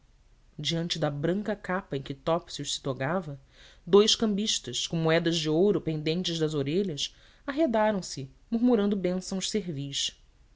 diante da branca capa em que topsius se togava dous cambistas com moedas de ouro pendentes das orelhas arredaram se murmurando bênçãos servis